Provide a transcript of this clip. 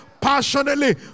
passionately